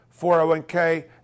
401k